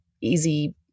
easy